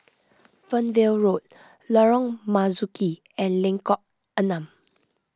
Fernvale Road Lorong Marzuki and Lengkok Enam